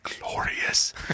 glorious